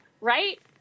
Right